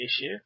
issue